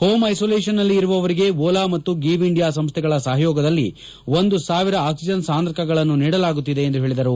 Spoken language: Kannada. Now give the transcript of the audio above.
ಹೋಂ ಐಸೋಲೇಷನ್ನಲ್ಲಿ ಇರುವವರಿಗೆ ಓಲಾ ಮತ್ತು ಗೀವ್ ಇಂಡಿಯಾ ಸಂಸ್ಣೆಗಳ ಸಹಯೋಗದಲ್ಲಿ ಒಂದು ಸಾವಿರ ಆಕ್ಸಿಜನ್ ಸಾಂದ್ರಕಗಳನ್ನು ನೀಡಲಾಗುತ್ತಿದೆ ಎಂದು ಹೇಳಿದರು